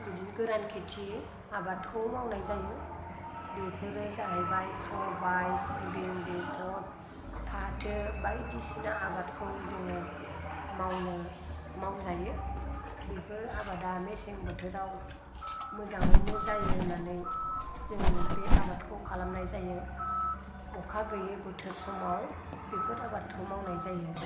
बिदिनो गोरान खेथि आबादखौ मावनाय जायो बेफोरो जाहैबाय सबाय सिबिं बेसर फाथो बायदिसिना आबादखौ जोङो मावनो मावजायो बेफोर आबादा मेसें बोथोराव मोजाङैनो जायो होननानै जों बे आबादखौ खालामनाय जायो अखा गोयै बोथोर समाव बेफोर आबादखौ मावनाय जायो